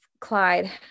Clyde